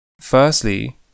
Firstly